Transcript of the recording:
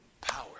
power